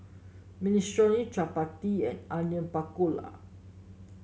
Minestrone Chapati and Onion Pakora